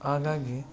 ಹಾಗಾಗಿ